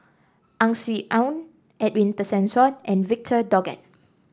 Ang Swee Aun Edwin Tessensohn and Victor Doggett